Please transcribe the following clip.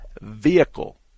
vehicle